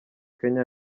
kenya